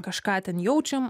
kažką ten jaučiam